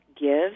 give